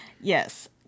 Yes